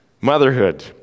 Motherhood